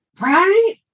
Right